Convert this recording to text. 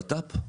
הבט"פ.